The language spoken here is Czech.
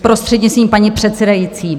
Prostřednictvím paní předsedající.